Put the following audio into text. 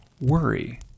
worry